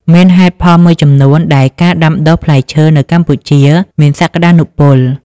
មានហេតុផលមួយចំនួនដែលការដាំដុះផ្លែឈើនៅកម្ពុជាមានសក្តានុពល។